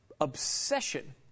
obsession